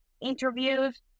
interviews